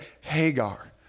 Hagar